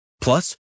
Plus